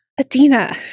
Adina